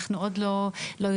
אנחנו עוד לא יודעים.